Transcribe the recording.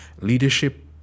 leadership